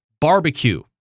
barbecue